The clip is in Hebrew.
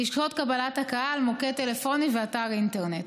שעות קבלת הקהל, מוקד טלפוני ואתר אינטרנט.